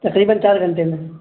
تقریباً چار گھنٹے میں